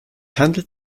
handelt